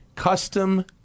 Custom